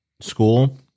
school